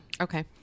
Okay